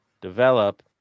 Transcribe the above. develop